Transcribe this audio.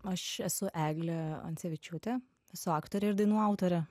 aš esu eglė ancevičiūtė esu aktorė ir dainų autorė